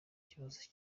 kibazo